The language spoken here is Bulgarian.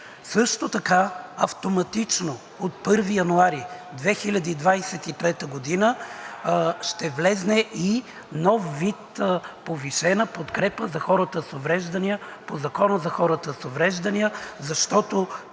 Също така автоматично от 1 януари 2023 г. ще влезе и нов вид повишена подкрепа за хората с увреждания по Закона за хората с увреждания, защото